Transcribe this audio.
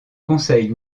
conseil